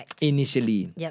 initially